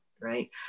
right